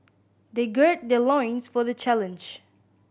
they gird their loins for the challenge